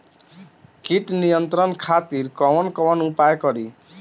कीट नियंत्रण खातिर कवन कवन उपाय करी?